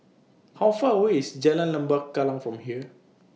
How Far away IS Jalan Lembah Kallang from here